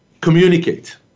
communicate